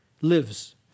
lives